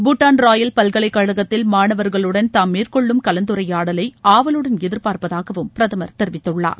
Bhutan royal பல்கலைக்கழகத்தில் மாணவர்களுடன் தாம் மேற்கொள்ளும் கலந்துரையாடலை ஆவலுடன் எதிர்பார்ப்பதாகவும் பிரதமர் தெரிவித்துள்ளார்